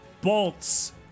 bolts